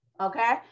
okay